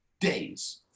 days